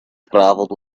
travelled